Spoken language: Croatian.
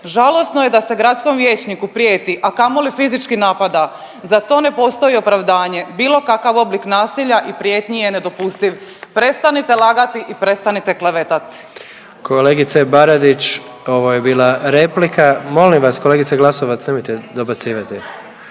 žalosno je da se gradskom vijećniku prijeti, a kamoli fizički napada, za to ne postoji opravdanje, bilo kakav oblik nasilja i prijetnji je nedopustiv. Prestanite lagati i prestanite klevetati. **Jandroković, Gordan (HDZ)** Kolegice Baradić, ovo je bila replika. Molim vas kolegice Glasovac, nemojte dobacivati.